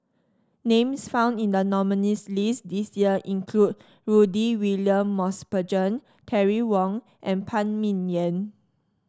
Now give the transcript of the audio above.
names found in the nominees' list this year include Rudy William Mosbergen Terry Wong and Phan Ming Yen